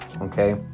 okay